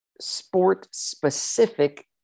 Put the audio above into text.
sport-specific